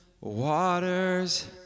Water's